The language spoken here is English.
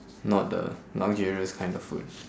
not the luxurious kind of food